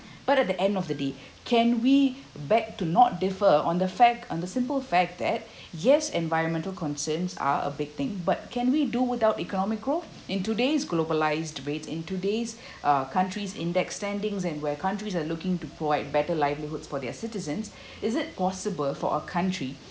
but at the end of the day can we beg to not differ on the fact on the simple fact that yes environmental concerns are a big thing but can we do without economic growth in today's globalised rate in today's uh countries index standings and where countries are looking to provide better livelihoods for their citizens is it possible for our country